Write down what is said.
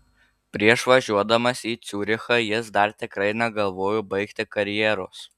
prieš važiuodamas į ciurichą jis dar tikrai negalvojo baigti karjeros